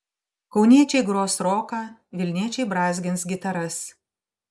kauniečiai gros roką vilniečiai brązgins gitaras